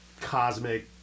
cosmic